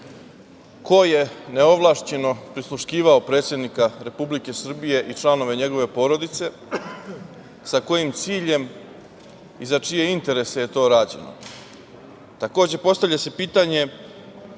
ko je neovlašćeno prisluškivao predsednika Republike Srbije i članove njegove porodice, sa kojim ciljem i za čije interese je to rađeno? Takođe, postavlja se pitanje